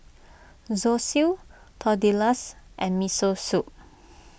Zosui Tortillas and Miso Soup